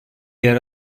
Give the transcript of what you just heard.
yer